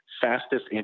fastest